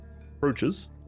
approaches